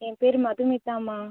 என் பேரு மதுமிதாமா